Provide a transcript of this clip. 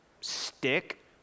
stick